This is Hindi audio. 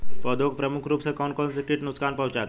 पौधों को प्रमुख रूप से कौन कौन से कीट नुकसान पहुंचाते हैं?